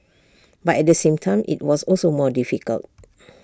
but at the same time IT was also more difficult